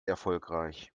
erfolgreich